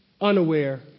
unaware